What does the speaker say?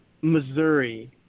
Missouri